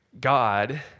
God